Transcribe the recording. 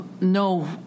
No